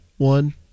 one